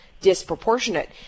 disproportionate